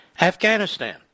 Afghanistan